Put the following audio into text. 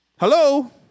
Hello